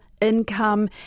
income